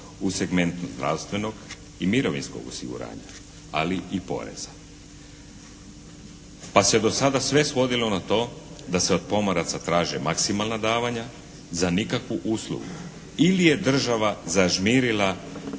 u segmentu zdravstvenog i mirovinskog osiguranja, ali i poreza. Pa se do sada sve svodilo na to da se od pomoraca traže maksimalna davanja za nikakvu uslugu ili je država zažmirila